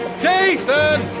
Jason